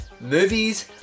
movies